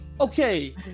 okay